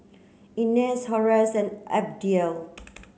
Inez Horace and Abdiel